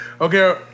Okay